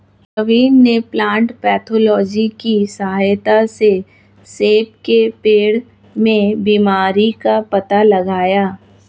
प्रवीण ने plant pathology की सहायता से सेब के पेड़ में बीमारी का पता लगाया